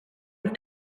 have